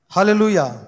Hallelujah